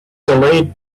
delayed